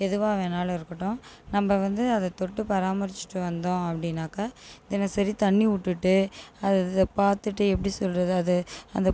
ஏதுவாக வேணாலும் இருக்கட்டும் நம்ம வந்து அதை தொட்டு பராமரிச்சுட்டு வந்தோம் அப்படினாக்க தினசரி தண்ணி விட்டுட்டு அதை பார்த்துட்டு எப்படி சொல்கிறது அதை அந்த